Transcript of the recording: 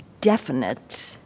definite